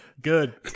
Good